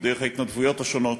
דרך ההתנדבויות השונות,